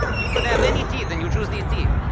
you could have any teeth and you chose these teeth.